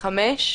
(1)